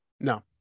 No